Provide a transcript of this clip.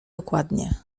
dokładnie